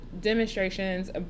demonstrations